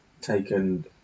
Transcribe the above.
taken